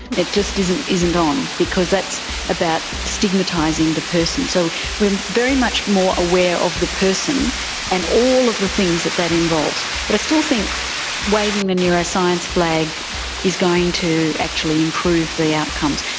it just isn't isn't on because that's about stigmatising the person. so we're very much more aware of the person and all of the things that that involves. but i still think waving the neuroscience flag is going to actually improve the outcomes.